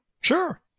Sure